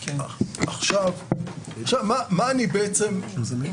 שזה דבר שאנחנו משתדלים למעט בו,